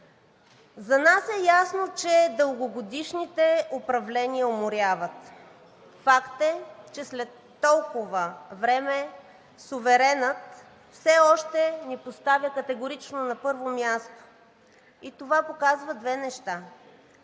За нас е ясно, че дългогодишните управления уморяват. Факт е, че след толкова време суверенът все още ни поставя категорично на първо място и това показва две неща